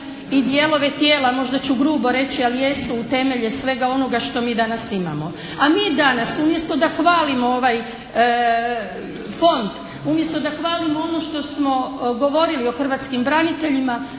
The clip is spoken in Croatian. i dijelove tijela, možda ću grubo reći, ali jesu u temelje svega onoga što mi danas imamo. A mi danas umjesto da hvalimo ovaj fond, umjesto da hvalimo ono što smo govorili o hrvatskim braniteljima,